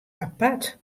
apart